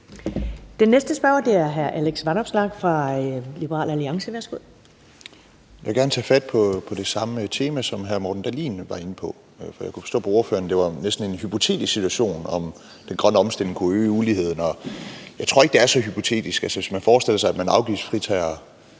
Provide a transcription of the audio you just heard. Den næste spørger er hr. Alex Vanopslagh fra Liberal Alliance. Værsgo. Kl. 11:12 Alex Vanopslagh (LA): Jeg vil gerne tage fat på det samme tema, som hr. Morten Dahlin var inde på, for jeg kunne forstå på ordføreren, at det næsten var en hypotetisk situation, at den grønne omstilling kunne øge uligheden. Jeg tror ikke, det er så hypotetisk. Altså, hvis man forestiller sig, at man afgiftsfritager